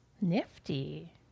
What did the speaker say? nifty